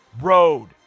road